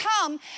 come